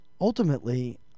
ultimately